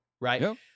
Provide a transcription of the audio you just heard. right